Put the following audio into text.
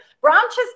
branches